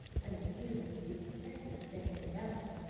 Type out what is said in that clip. and refuses to be contented with anything else.